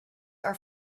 are